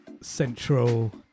central